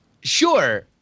Sure